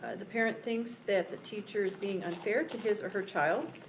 ah the parent thinks the the teacher is being unfair to his or her child.